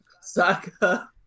saka